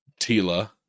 Tila